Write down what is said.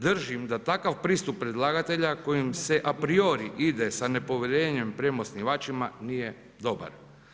Držim da takav pristup predlagatelja kojim se a priori ide sa nepovjerenjem prema osnivačima nije dobar.